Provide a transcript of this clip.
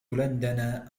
لندن